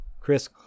Chris